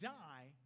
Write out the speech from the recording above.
die